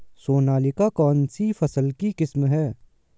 सोनालिका कौनसी फसल की किस्म है?